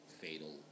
fatal